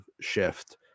shift